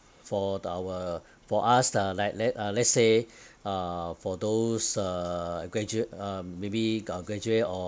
for our for us uh like let uh let's say uh for those uh gradua~ uh maybe g~ uh graduate or